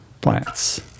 Plants